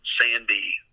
sandy